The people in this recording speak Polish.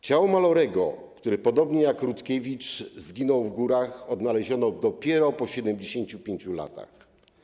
Ciało Mallory’ego, który podobnie jak Rutkiewicz zginął w górach, odnaleziono dopiero po 75 latach.